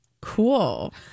Cool